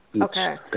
Okay